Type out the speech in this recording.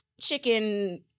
chicken